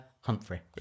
Humphrey